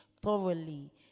thoroughly